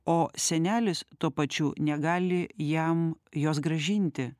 o senelis tuo pačiu negali jam jos grąžinti